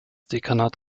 dekanat